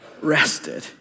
rested